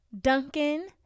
duncan